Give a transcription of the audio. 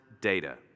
data